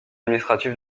administratif